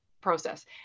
process